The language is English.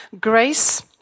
Grace